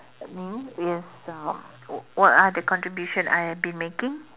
me is um what are the contributions I have been making